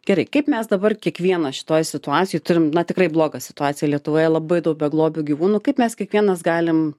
gerai kaip mes dabar kiekvienas šitoj situacijoj turim na tikrai blogą situaciją lietuvoje labai daug beglobių gyvūnų kaip mes kiekvienas galim